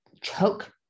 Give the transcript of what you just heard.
choke